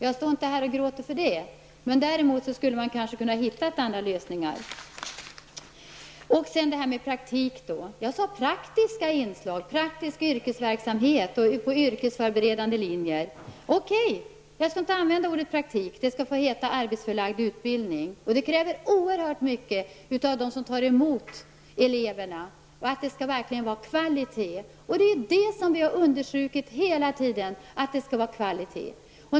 Jag gråter inte för det, men däremot skulle man kanske kunna hitta andra lösningar. När det gäller frågan om praktik talade jag om praktiska inslag och praktisk yrkesverksamhet på yrkesförberedande linjer. Okej, jag skall inte använda ordet praktik. Det skall få heta arbetsförlagd utbildning. Det kräver oerhört mycket av dem som tar emot eleverna att det verkligen skall vara kvalitet. Vi har hela tiden understrukit att det skall vara kvalitet.